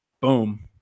boom